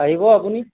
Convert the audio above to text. আহিব আপুনি